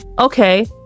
okay